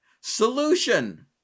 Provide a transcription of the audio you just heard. Solution